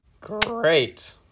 great